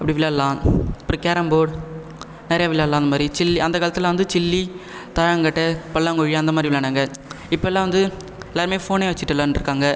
அப்படி விளையாடலாம் அப்புறம் கேரம் போர்ட் நிறையா விளையாடலாம் அந்த மாதிரி சில்லி அந்தக் காலத்தில்லாம் வந்து சில்லி தாயக்கட்டை பல்லாங்குழி அந்த மாதிரி விளையாண்டாங்க இப்பெல்லாம் வந்து எல்லாருமே ஃபோனே வச்சிட்டு விளையாண்டுட்ருக்காங்க